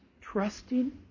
trusting